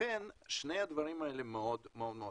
לכן שני הדברים האלה מאוד חשובים.